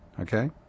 okay